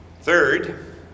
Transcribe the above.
Third